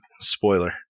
Spoiler